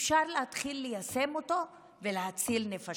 אפשר להתחיל ליישם אותו ולהציל נפשות.